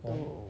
oh